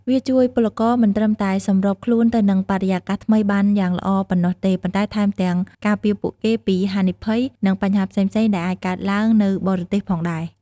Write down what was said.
វាជួយពលករមិនត្រឹមតែសម្របខ្លួនទៅនឹងបរិយាកាសថ្មីបានយ៉ាងល្អប៉ុណ្ណោះទេ ប៉ុន្តែថែមទាំងការពារពួកគេពីហានិភ័យ និងបញ្ហាផ្សេងៗដែលអាចកើតឡើងនៅបរទេសផងដែរ។